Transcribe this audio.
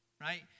right